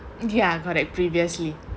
ya correct previously